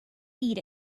eat